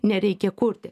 nereikia kurti